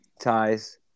ties